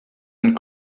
and